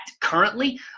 currently